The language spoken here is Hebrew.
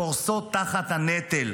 קורסות תחת הנטל,